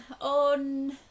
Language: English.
on